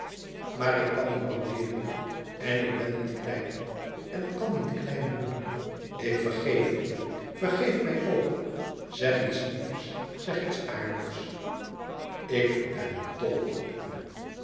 maar ik kan niet boudeeren en ik ben niet klein ik kan niet klein doen ik vergeef u vergeef mij ook zeg iets liefs zeg iets aardigs ik ben dol op u